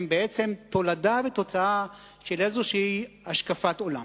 הם בעצם תולדה ותוצאה של איזו השקפת עולם.